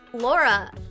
Laura